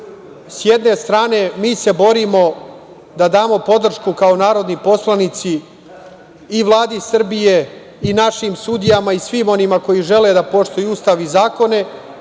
s jedne strane mi se borimo da damo podršku kao narodni poslanici i Vladi Srbije i našim sudijama i svima onima koji žele da poštuju Ustav i zakone,